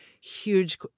huge